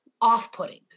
off-putting